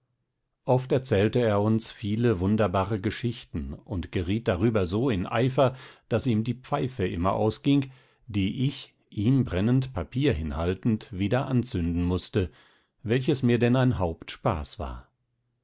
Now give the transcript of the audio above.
oft erzählte er uns viele wunderbare geschichten und geriet darüber so in eifer daß ihm die pfeife immer ausging die ich ihm brennend papier hinhaltend wieder anzünden mußte welches mir denn ein hauptspaß war